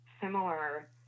similar